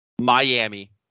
Miami